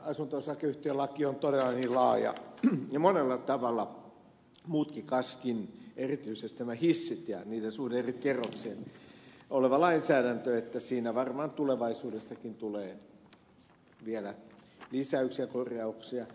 asunto osakeyhtiölaki on todella niin laaja ja monella tavalla mutkikaskin erityisesti näitä hissejä ja niiden suhdetta eri kerroksiin koskeva lainsäädäntö että siihen varmaan tulevaisuudessakin tulee vielä lisäyksiä korjauksia